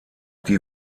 die